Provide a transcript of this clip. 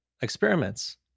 experiments